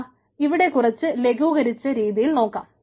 ദാ നമുക്ക് ഇവിടെ കുറച്ച് ലഘുകരിച്ച രീതിയിൽ നോക്കാം